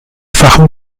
fachem